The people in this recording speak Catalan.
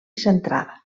centrada